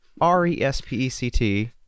r-e-s-p-e-c-t